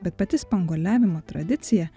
bet pati spanguoliavimo tradicija